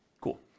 Cool